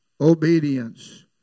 obedience